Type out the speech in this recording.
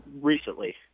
recently